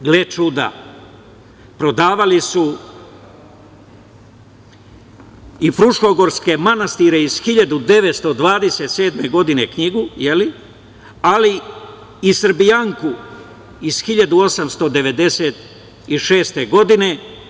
Gle čuda, prodavali su i „Fruškogorske manastire“ iz 1927. godine, knjigu, ali i „Srbijanku“ iz 1896. godine.